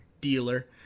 dealer